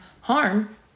harm